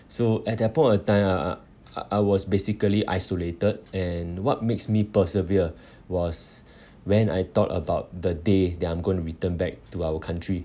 so at that point of time I I I was basically isolated and what makes me persevere was when I thought about the day that I'm going to return back to our country